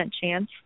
chance